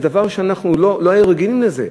זה דבר שלא היינו רגילים לו.